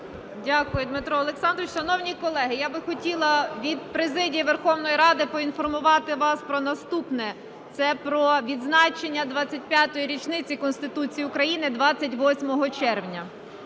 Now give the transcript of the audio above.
Дякую, Дмитре Олександровичу. Шановні колеги, я би хотіла від президії Верховної Ради поінформувати вас про наступне, це про відзначення 25 річниці Конституції України 28 червня.